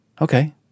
Okay